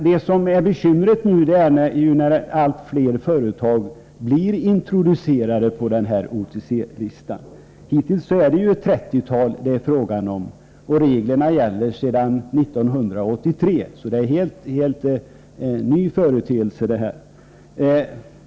Det som är bekymret nu är ju att allt fler företag blir introducerade på OTC-listan. Hittills är det fråga om ett trettiotal företag. Reglerna gäller sedan 1983, så detta är en helt ny företeelse.